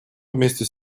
вместе